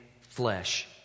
flesh